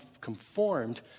conformed